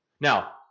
Now